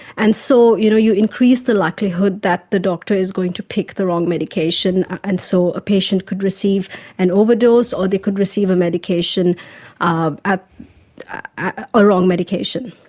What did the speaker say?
and so you know you increase the likelihood that the doctor is going to pick the wrong medication, and so a patient could receive an overdose or they could receive um a ah ah wrong medication.